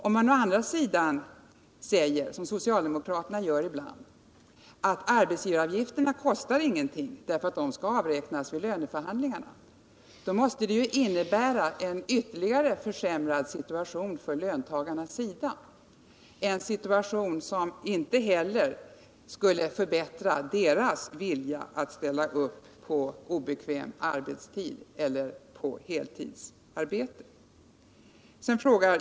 Om man å andra sidan säger, som socialdemokraterna ibland gör, att arbetsgivaravgifterna ingenting kostar därför att de skall avräknas vid löneförhandlingarna, måste det innebära en försämrad situation för löntagarna — en situation som inte heller skulle förbättra deras vilja att ställa upp på obekväm arbetstid eller på heltidsarbete.